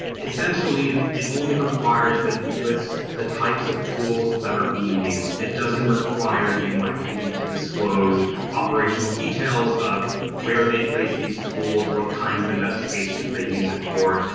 essentially, it only requires that you've lists the types of tools that are being used. it doesn't require the and nypd to disclose operational details of where they place these tools, what kinds of investigations they use it for.